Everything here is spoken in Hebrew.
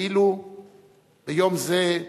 ואילו ביום זה,